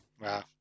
Wow